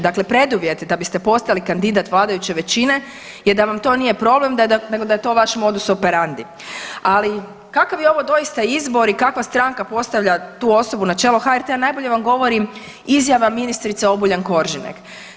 Dakle, preduvjet da bi ste postali kandidat vladajuće većine je da vam to nije problem nego da je to vaš modus operandi ali kakav je ovo doista izbor i kakva stranka postavlja tu osobu na čelo HRT-a, najbolje vam govori izjava ministrice Obuljen Koržinek.